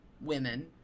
women